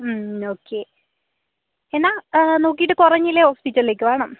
okay എന്നാൽ നോക്കീട്ട് കുറഞ്ഞില്ലേൽ ഹോസ്പിറ്റലിലേക്ക് വരണം